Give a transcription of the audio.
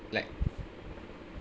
like